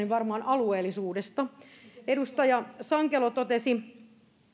varmaan alueellisuudesta edustaja sankelo totesi